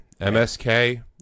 MSK